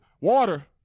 Water